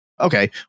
Okay